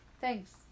Thanks